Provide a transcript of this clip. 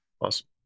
awesome